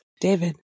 David